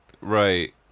right